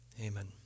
Amen